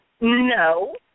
No